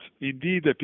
indeed